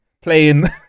playing